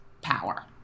power